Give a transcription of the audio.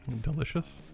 Delicious